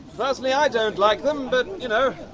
personally i don't like them but, you know,